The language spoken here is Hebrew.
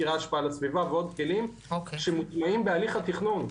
תזכירי השפעה לסביבה ועוד כלים שמותנעים בהליך התכנון,